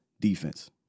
defense